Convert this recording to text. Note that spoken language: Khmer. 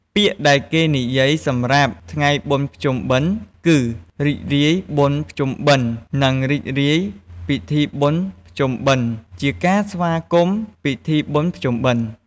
ពាក្យដែលគេនិយាយសម្រាប់ថ្ងៃបុណ្យភ្ជុំបិណ្ឌគឺ រីករាយបុណ្យភ្ជុំបិណ្ឌនិងរីករាយពិធីបុណ្យភ្ជុំបិណ្ឌ ជាការស្វាគមន៍ពីធីបុណ្យភ្ជុំបិណ្ឌ។